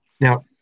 Now